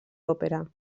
òpera